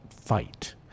fight